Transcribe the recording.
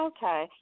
Okay